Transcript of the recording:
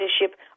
leadership